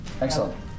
Excellent